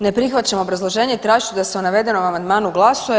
Ne prihvaćam obrazloženje i tražit ću da se o navedenom amandmanu glasuje.